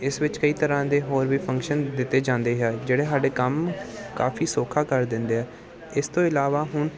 ਇਸ ਵਿੱਚ ਕਈ ਤਰ੍ਹਾਂ ਦੇ ਹੋਰ ਵੀ ਫੰਕਸ਼ਨ ਦਿੱਤੇ ਜਾਂਦੇ ਹੈ ਜਿਹੜੇ ਸਾਡੇ ਕੰਮ ਕਾਫੀ ਸੌਖਾ ਕਰ ਦਿੰਦੇ ਆ ਇਸ ਤੋ ਇਲਾਵਾ ਹੁਣ